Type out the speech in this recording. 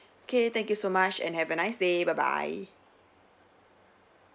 K thank you so much and have a nice day bye bye